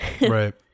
Right